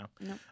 No